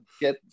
get